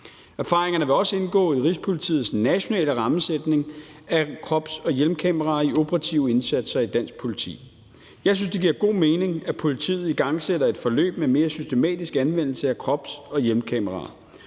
Erfaringerne vil også indgå i Rigspolitiets nationale rammesætning af krops- og hjelmkameraer i operative indsatser i dansk politi. Jeg synes, det giver god mening, at politiet igangsætter et forløb med en mere systematisk anvendelse af krops- og hjelmkameraer.